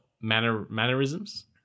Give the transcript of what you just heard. mannerisms